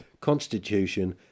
Constitution